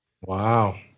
Wow